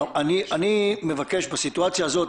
אני מבקש בסיטואציה הזו,